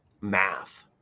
Math